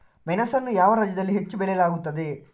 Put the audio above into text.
ಮೆಣಸನ್ನು ಯಾವ ರಾಜ್ಯದಲ್ಲಿ ಹೆಚ್ಚು ಬೆಳೆಯಲಾಗುತ್ತದೆ?